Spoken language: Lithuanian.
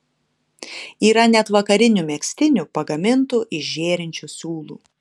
yra net vakarinių megztinių pagamintų iš žėrinčių siūlų